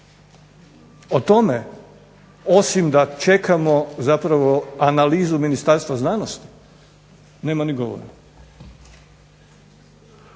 O tome, osim da čekamo zapravo analizu Ministarstva znanosti, nema ni govora.